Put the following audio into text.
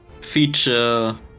feature